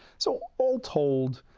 so, all told,